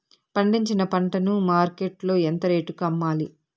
పండించిన పంట ను మార్కెట్ లో ఎంత రేటుకి అమ్మాలి?